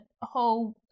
whole